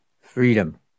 freedom